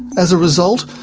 as a result,